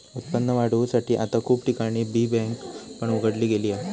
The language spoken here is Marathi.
उत्पन्न वाढवुसाठी आता खूप ठिकाणी बी बँक पण उघडली गेली हा